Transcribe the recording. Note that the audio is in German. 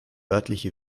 örtliche